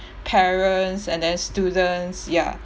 parents and then students ya